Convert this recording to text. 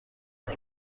ein